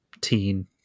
teen